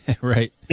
Right